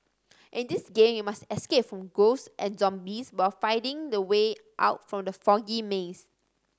in this game you must escape from ghosts and zombies while finding the way out from the foggy maze